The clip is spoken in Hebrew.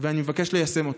ואני מבקש ליישם אותו.